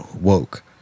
woke